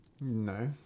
No